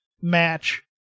match